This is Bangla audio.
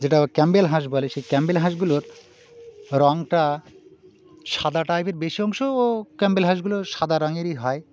যেটা ক্যাম্পবেল হাঁস বলে সেই ক্যাম্পবেল হাঁসগুলোর রঙটা সাদা টাইপের বেশি অংশ ও ক্যাম্পবেল হাঁসগুলো সাদা রঙেরই হয়